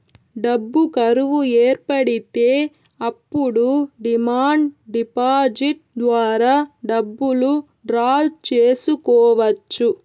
డబ్బు కరువు ఏర్పడితే అప్పుడు డిమాండ్ డిపాజిట్ ద్వారా డబ్బులు డ్రా చేసుకోవచ్చు